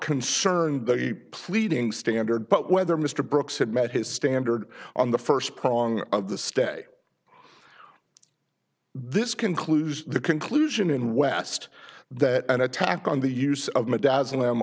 concerned the pleading standard but whether mr brooks had met his standard on the first prong of the stay this conclusion the conclusion in west that an attack on the use of my dad